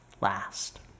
last